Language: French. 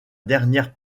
dernière